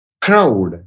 Crowd